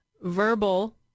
verbal